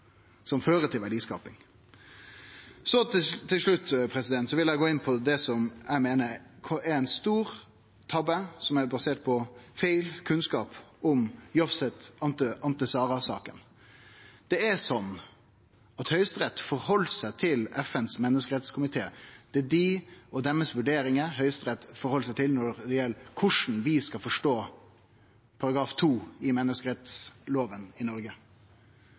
faktisk fører til verdiskaping. Til slutt vil eg gå inn på det eg meiner er ein stor tabbe, og som er basert på feil kunnskap om Jovsset Ánte Sara-saka. Høgsterett tok utgangspunkt i FNs menneskerettskomité. Det er dei og deira vurderingar Høgsterett har teke utgangspunkt i når det gjeld korleis vi skal forstå § 2 i menneskerettsloven i Noreg.